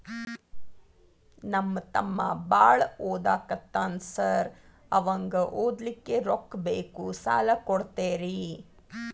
ನಮ್ಮ ತಮ್ಮ ಬಾಳ ಓದಾಕತ್ತನ ಸಾರ್ ಅವಂಗ ಓದ್ಲಿಕ್ಕೆ ರೊಕ್ಕ ಬೇಕು ಸಾಲ ಕೊಡ್ತೇರಿ?